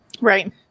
right